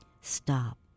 stop